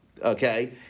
Okay